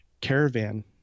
caravan